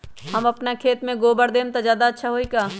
हम अपना खेत में गोबर देब त ज्यादा अच्छा होई का?